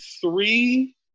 three